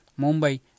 Mumbai